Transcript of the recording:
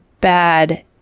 bad